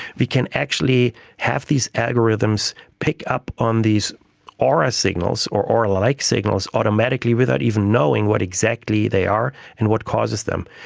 we can actually have these algorithms pick up on these aura signals or aura-like signals automatically without even knowing what exactly they are and what causes them.